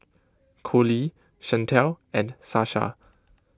Collie Shantel and Sasha